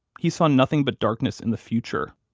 he saw nothing but darkness in the future.